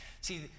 See